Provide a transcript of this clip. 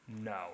No